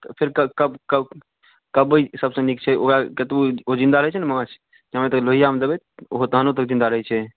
क क कब कब कबइ सभसँ नीक छै ओकरा कतबो जिन्दा रहै छै ने माँछ जामे तक लोहिआमे देबै तखनो तक ओ जिन्दा रहै छै